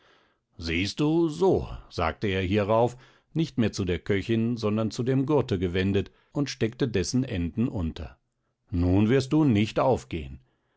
siehst du so sagte er hierauf nicht mehr zu der köchin sondern zu dem gurte gewendet und steckte dessen enden unter nun wirst du nicht aufgehen